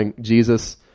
Jesus